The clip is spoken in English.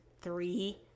three